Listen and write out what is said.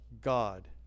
God